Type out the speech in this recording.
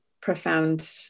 profound